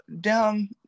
down